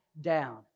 down